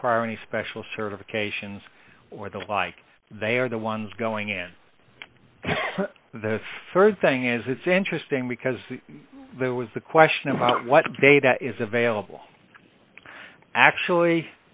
require any special certifications or the like they are the ones going in the rd thing is it's interesting because there was the question about what data is available actually